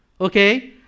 Okay